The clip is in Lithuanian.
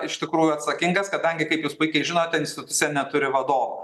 iš tikrųjų atsakingas kadangi kaip jūs puikiai žinote institucija neturi vadovo